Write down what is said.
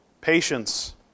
patience